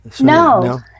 No